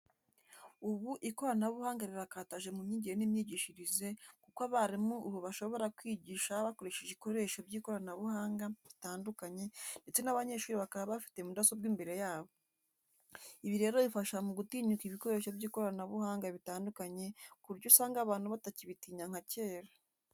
Ubu ikoranabuhanga rirakataje mu myigire n'imyigishirize kuko abarimu ubu bashobora kwigisha bakoresheje ibikoresho by'ikoranabuhanga bitandukanye ndetse n'abanyeshuri bakaba bafite mudasobwa imbere yabo. Ibi rero bifasha mu gutinyuka ibikoresho by'ikoranabuhanga bitandukanye ku buryo usanga abantu batakibitinya nka kera.